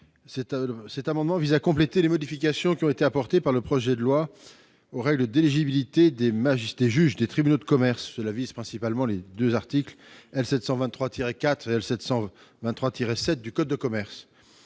Cet amendement vise à compléter les modifications apportées par le projet de loi aux règles d'éligibilité des juges des tribunaux de commerce, définies par les articles L. 723-4 et L. 723-7 du code de commerce.